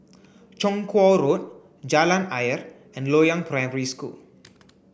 Chong Kuo Road Jalan Ayer and Loyang Primary School